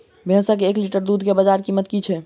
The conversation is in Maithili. भैंसक एक लीटर दुध केँ बजार कीमत की छै?